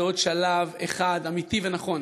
זה עוד שלב אחד, אמיתי ונכון